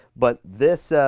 but this,